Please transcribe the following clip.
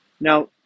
Now